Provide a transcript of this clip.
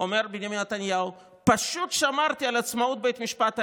אומר בנימין נתניהו: "פשוט שמרתי על עצמאות בית המשפט העליון.